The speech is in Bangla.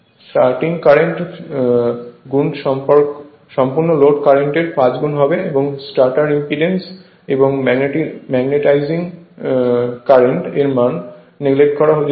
স্টার্টিং কারেন্ট গুন সম্পূর্ণ লোড কারেন্ট এর 5 গুন হলে স্টার্টার ইম্পিডেন্স এবং মগ্নেটিজিং কারেন্ট এর মান নেগলেক্ট করা যেতে পারে